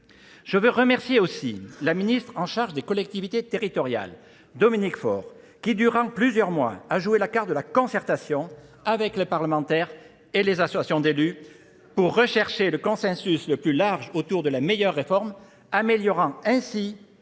Je veux remercier aussi la ministre en charge des collectivités territoriales, Dominique Faure, qui durant plusieurs mois a joué la carte de la concertation avec les parlementaires et les associations d'élus pour rechercher le consensus le plus large autour de la meilleure réforme, améliorant ainsi